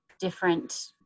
different